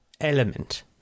element